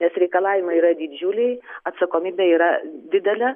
nes reikalavimai yra didžiuliai atsakomybė yra didelė